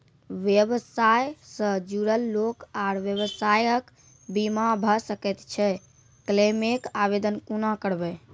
व्यवसाय सॅ जुड़ल लोक आर व्यवसायक बीमा भऽ सकैत छै? क्लेमक आवेदन कुना करवै?